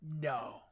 No